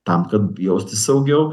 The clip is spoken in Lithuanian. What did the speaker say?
tam kad jaustis saugiau